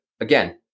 again